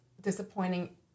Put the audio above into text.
Disappointing